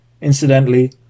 incidentally